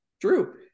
true